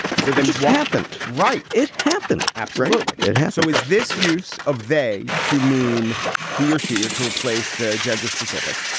so that just happened, right? it happened. absolutely. it has. so is this use of vais to mean he or she or to replace the gender specific?